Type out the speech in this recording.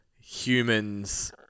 humans